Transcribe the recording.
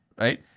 Right